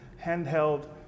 handheld